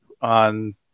on